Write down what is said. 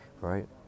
right